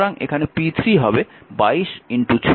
সুতরাং এখানে p3 হবে 22 6